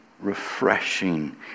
refreshing